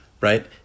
right